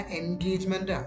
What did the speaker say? engagement